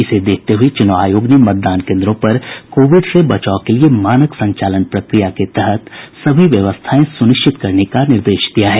इसे देखते हुये चुनाव आयोग ने मतदान केंद्रों पर कोविड से बचाव के लिये मानक संचालन प्रक्रिया के तहत सभी व्यवस्थाएं सुनिश्चित करने का निर्देश दिया है